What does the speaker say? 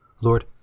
Lord